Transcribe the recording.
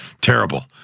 Terrible